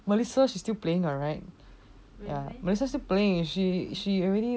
melissa she's still playing ya right ya melissa still playing she she already